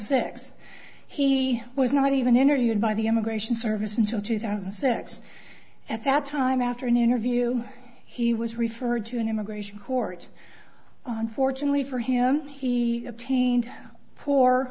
six he was not even interviewed by the immigration service until two thousand and six at that time after an interview he was referred to an immigration court on fortunately for him he obtained poor